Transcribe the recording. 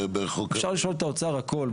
אפשר לשאול את האוצר הכול.